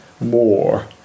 more